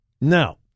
Now